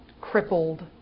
crippled